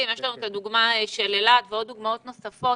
ויש לנו את הדוגמה של אילת ודוגמאות נוספות